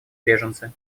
беженцы